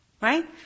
Right